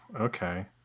okay